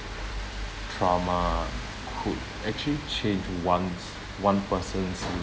trauma could actually change one one person's